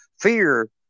fear